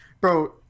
Bro